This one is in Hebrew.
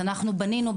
אנחנו בנינו,